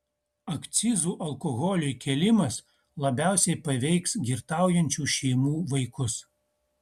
akcizų alkoholiui kėlimas labiausiai paveiks girtaujančių šeimų vaikus